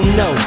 no